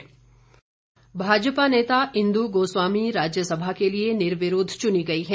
राज्यसभा भाजपा नेता इंदु गोस्वामी राज्यसभा के लिए निर्विरोध चुनी गई हैं